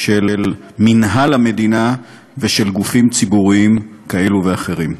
של מינהל המדינה ושל גופים ציבוריים כאלה ואחרים.